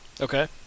Okay